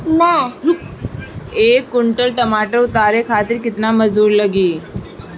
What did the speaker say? एक कुंटल टमाटर उतारे खातिर केतना मजदूरी लागी?